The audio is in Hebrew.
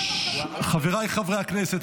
חבריי חברי הכנסת,